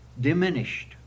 diminished